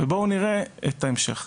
בואו נראה את ההמשך.